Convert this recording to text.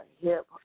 hip